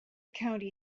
county